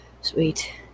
sweet